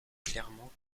clairement